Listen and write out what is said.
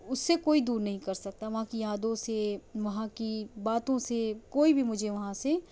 اُس سے کوئی دور نہیں کر سکتا وہاں کی یادوں سے وہاں کی باتوں سے کوئی بھی مجھے وہاں سے